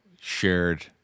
shared